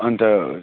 अन्त